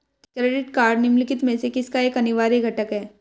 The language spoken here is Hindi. क्रेडिट कार्ड निम्नलिखित में से किसका एक अनिवार्य घटक है?